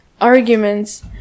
arguments